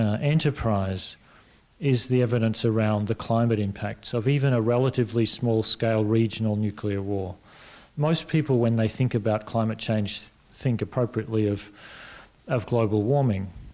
prize is the evidence around the climate impacts of even a relatively small scale regional nuclear war most people when they think about climate change think appropriately of of global warming